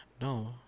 No